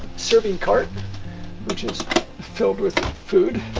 serving cart which is filled with food.